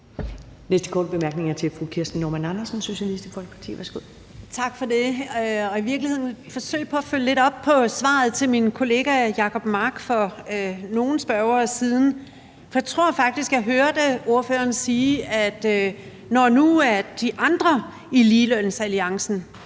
næste korte bemærkning er fra fru Kirsten Normann Andersen, Socialistisk Folkeparti. Værsgo. Kl. 13:56 Kirsten Normann Andersen (SF): Tak for det. Det er i virkeligheden også et forsøg på at følge lidt op på svaret til min kollega Jacob Mark for nogle spørgerunder siden, for jeg tror faktisk, jeg hørte ordføreren sige, at når nu de andre i ligelønsalliancen